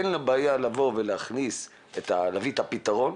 אין לו בעיה להכניס את הפתרון,